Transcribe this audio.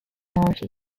minority